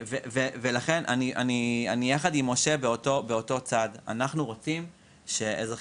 אני יחד עם משה באותו צד: אנחנו רוצים שאזרחים